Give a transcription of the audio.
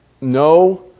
no